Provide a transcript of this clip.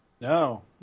No